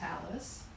palace